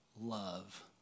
Love